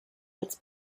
its